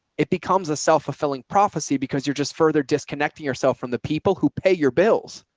it becomes a self fulfilling prophecy, because you're just further disconnecting yourself from the people who pay your bills.